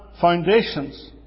foundations